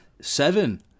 Seven